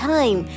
Time